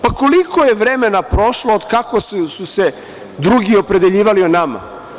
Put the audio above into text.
Pa, koliko je vremena prošlo od kako su se drugi opredeljivali o nama?